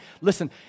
Listen